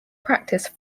practice